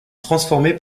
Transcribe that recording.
transformé